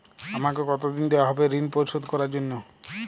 আমাকে কতদিন দেওয়া হবে ৠণ পরিশোধ করার জন্য?